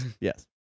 Yes